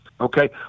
okay